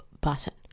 button